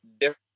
different